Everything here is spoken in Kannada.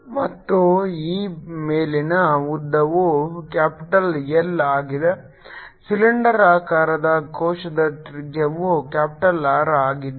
ಮತ್ತು ಈ ಮೇಲ್ಮೈಯ ಉದ್ದವು ಕ್ಯಾಪಿಟಲ್ L ಆಗಿದೆ ಸಿಲಿಂಡರಾಕಾರದ ಕೋಶದ ತ್ರಿಜ್ಯವು ಕ್ಯಾಪಿಟಲ್ R ಆಗಿದೆ